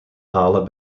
halen